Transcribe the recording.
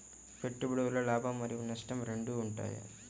పెట్టుబడి వల్ల లాభం మరియు నష్టం రెండు ఉంటాయా?